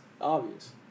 obvious